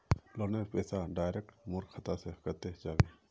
लोनेर पैसा डायरक मोर खाता से कते जाबे?